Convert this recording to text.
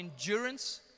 endurance